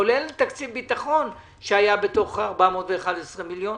כולל תקציב ביטחון שהיה בתוך ה-411 מיליארד,